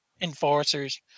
enforcers